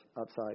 outside